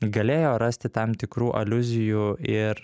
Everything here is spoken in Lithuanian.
galėjo rasti tam tikrų aliuzijų ir